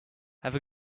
have